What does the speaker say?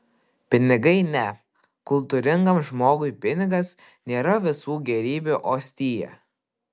pinigai ne kultūringam žmogui pinigas nėra visų gėrybių ostija